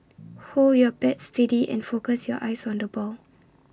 hold your bat steady and focus your eyes on the ball